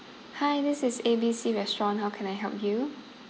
hi this is A B C restaurant how can I help you